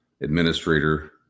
administrator